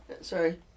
Sorry